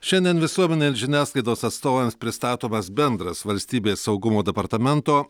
šiandien visuomenės žiniasklaidos atstovams pristatomas bendras valstybės saugumo departamento